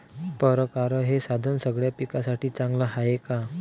परकारं हे साधन सगळ्या पिकासाठी चांगलं हाये का?